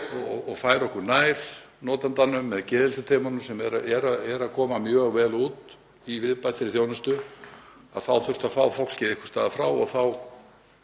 og færa okkur nær notandanum eða geðheilsuteymunum, sem koma mjög vel út í viðbættri þjónustu, þá þurfti að fá fólkið einhvers staðar að og þá